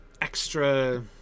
extra